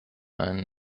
einen